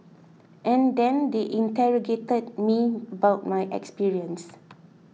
and then they interrogated me about my experience